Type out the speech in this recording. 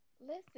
Listen